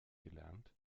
gelernt